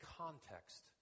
context